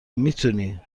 میتونی